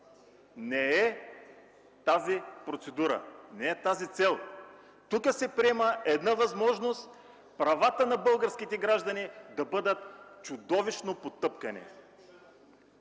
не е тази процедура, не е тази цел. Тук се приема една възможност правата на българските граждани да бъдат чудовищно потъпкани.